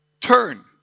turn